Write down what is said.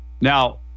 Now